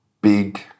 big